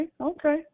okay